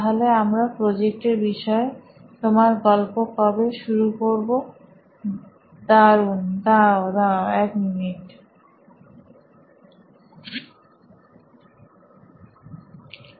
তাহলে আমরা প্রজেক্ট এর বিষয়ে তোমার গল্প কবে শুরু করবো দারুন দাঁড়াও দাঁড়াও এক মিনিট ফ্ল্যাশব্যাক